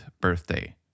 birthday